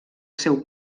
seu